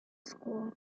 school